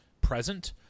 present